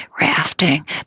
rafting